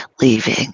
leaving